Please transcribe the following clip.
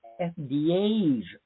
FDA's